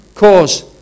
Cause